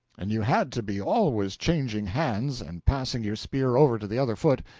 and you had to be always changing hands, and passing your spear over to the other foot,